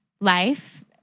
life